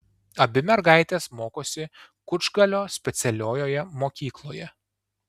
abi mergaitės mokosi kučgalio specialiojoje mokykloje